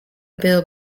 bill